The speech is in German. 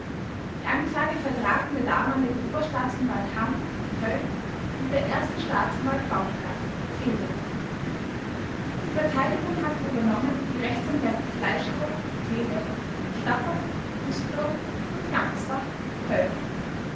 die anklage vertraten der damalige oberstaatsanwalt hamm köln und der erste staatsanwalt baumgard kleve die verteidigung hatten übernommen die rechtsanwälte fleischhauer kleve stapper düsseldorf und gammersbach